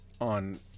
on